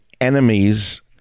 enemies